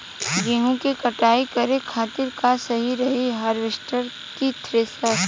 गेहूँ के कटाई करे खातिर का सही रही हार्वेस्टर की थ्रेशर?